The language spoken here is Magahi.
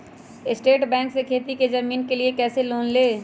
स्टेट बैंक से खेती की जमीन के लिए कैसे लोन ले?